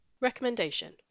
Recommendation